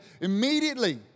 immediately